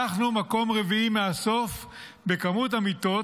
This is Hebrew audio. אנחנו מקום רביעי מהסוף בכמות המיטות,